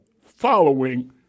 following